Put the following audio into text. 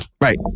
Right